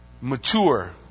mature